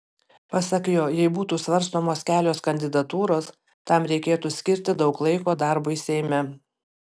pasak jo jei būtų svarstomos kelios kandidatūros tam reikėtų skirti daug laiko darbui seime